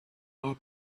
our